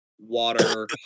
water